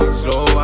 slow